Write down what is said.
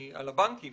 על הבנקים